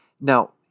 now